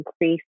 increase